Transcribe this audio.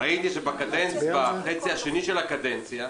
ראיתי שבחצי השני של הקדנציה,